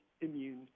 immune